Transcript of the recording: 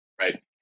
right